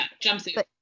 jumpsuit